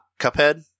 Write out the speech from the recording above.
Cuphead